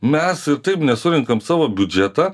mes ir taip nesurenkam savo biudžetą